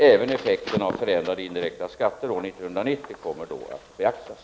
Även effekterna av förändrade indirekta skatter år 1990 kommer då att beaktas.